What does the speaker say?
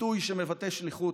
ביטוי שמבטא שליחות.